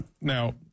Now